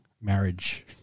marriage